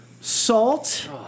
salt